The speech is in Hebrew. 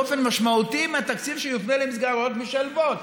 באופן משמעותי מהתקציב שיופנה למסגרות משלבות.